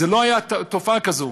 לא הייתה תופעה כזאת.